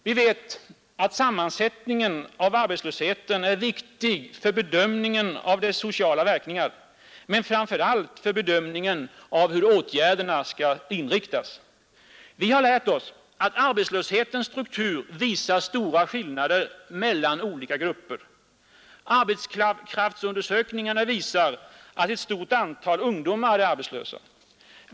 Vi vet att sammansättningen av arbetslösheten är viktig för bedömningen av dess sociala verkningar men framför allt för bedömningen av hur åtgärderna skall inriktas. Vi har lärt oss att arbetslöshetens struktur företer stora skillnader mellan olika grupper. Arbetskraftsundersökningarna visar att ett stort antal ungdomar är arbetslösa.